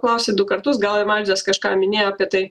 klausė du kartus gal ir mažvydas kažką minėjo apie tai